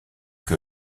que